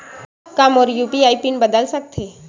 का मोर UPI PIN बदल सकथे?